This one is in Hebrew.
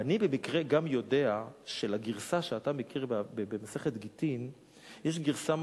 ואני במקרה גם יודע שלגרסה שאתה מכיר במסכת גטין יש גרסה מקבילה,